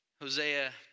Hosea